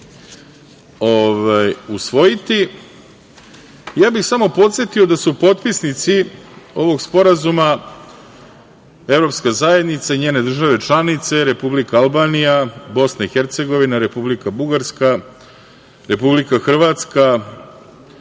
usvojiti. Samo bih podsetio da su potpisnici ovog sporazuma Evropska zajednica i njene države članice: Republika Albanija, Bosna i Hercegovina, Republika Bugarska, Republika Hrvatska,